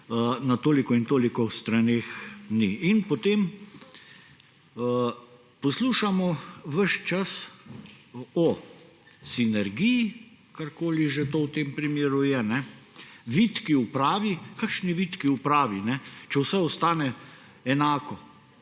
na toliko in toliko straneh ni? In potem poslušamo ves čas o sinergiji, karkoli že to v tem primeru je, vitki upravi – kakšni vitki upravi, če vse ostane enako,